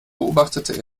beobachtete